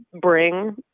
bring